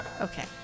Okay